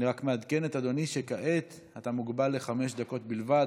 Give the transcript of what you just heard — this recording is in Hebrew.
אני רק מעדכן את אדוני שכעת אתה מוגבל לחמש דקות בלבד.